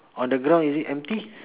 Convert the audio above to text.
on the ground is it empty